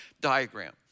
diagram